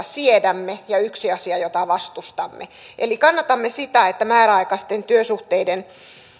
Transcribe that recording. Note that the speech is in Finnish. siedämme ja yksi asia jota vastustamme kannatamme sitä että määräaikaisten työsuhteiden